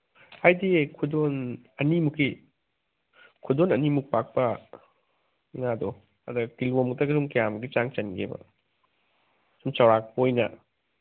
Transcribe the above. ꯍꯥꯏꯗꯤ ꯈꯨꯗꯣꯟ ꯑꯅꯤꯃꯨꯛꯀꯤ ꯈꯨꯗꯣꯟ ꯑꯅꯤꯃꯨꯛ ꯄꯥꯛꯄ ꯉꯥꯗꯣ ꯑꯗ ꯀꯤꯂꯣꯃꯨꯛꯇꯒ ꯀꯌꯥꯃꯨꯛꯀꯤ ꯆꯥꯡ ꯆꯟꯒꯦꯕ ꯁꯨꯝ ꯆꯧꯔꯥꯛꯄ ꯑꯣꯏꯅ